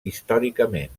històricament